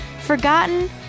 Forgotten